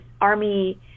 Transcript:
Army